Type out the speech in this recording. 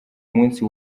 munsi